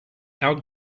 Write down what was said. our